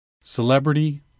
Celebrity